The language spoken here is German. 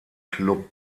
klub